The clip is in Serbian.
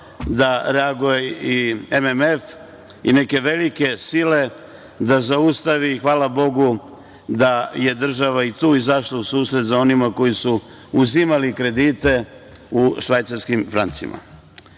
da reaguje i MMF i neke velike sile da zaustavi, hvala Bogu, da je država i tu izašla u susret za one koji su uzimali kredite u švajcarskim francima. Takođe,